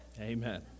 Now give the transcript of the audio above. Amen